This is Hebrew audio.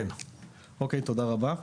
תודה רבה.